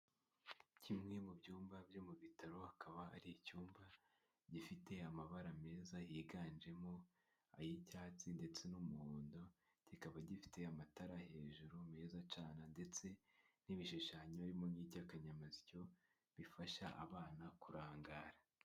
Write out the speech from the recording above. Kimwe mu byumba byo mu bitaro hakaba hari icyumba gifite amabara meza yiganjemo ay'icyatsi ndetse n'umuhondo, kikaba gifite amatara hejuru meza acyana ndetse n'ibishushanyo birimo n'iby'akanyamasyo bifasha abana kurangara.